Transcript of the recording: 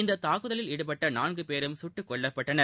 இந்தத் தாக்குதலில் ஈடுபட்ட நான்கு பேரும் சுட்டுக் கொல்லப்பட்டனர்